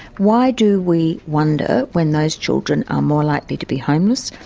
why do we wonder when those children are more likely to be homeless,